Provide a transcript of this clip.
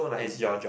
as your job